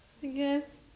I guess